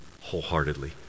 wholeheartedly